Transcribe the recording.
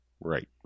Right